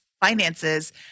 finances